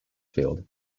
field